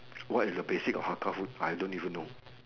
what is the basic of hakka food I don't even know